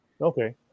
Okay